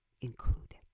included